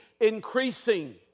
increasing